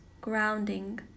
grounding